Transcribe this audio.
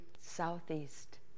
Southeast